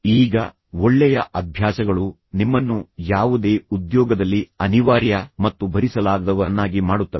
ಈಗ ಒಳ್ಳೆಯ ಅಭ್ಯಾಸಗಳು ನಿಮ್ಮನ್ನು ಯಾವುದೇ ಉದ್ಯೋಗದಲ್ಲಿ ಅನಿವಾರ್ಯ ಮತ್ತು ಭರಿಸಲಾಗದವರನ್ನಾಗಿ ಮಾಡುತ್ತವೆ